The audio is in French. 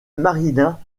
marina